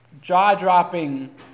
jaw-dropping